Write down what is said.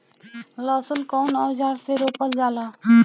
लहसुन कउन औजार से रोपल जाला?